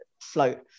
float